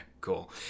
cool